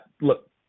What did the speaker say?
look